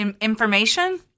Information